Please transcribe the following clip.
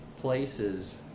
places